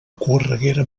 correguera